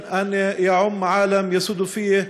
אני מקווה שהיום הזה יהפוך לחג,